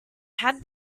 had